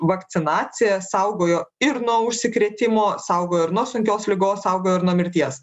vakcinacija saugojo ir nuo užsikrėtimo saugojo ir nuo sunkios ligos saugojo ir nuo mirties